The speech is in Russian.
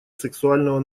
сексуального